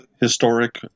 historic